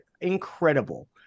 incredible